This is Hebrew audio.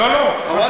לא, לא, חס וחלילה.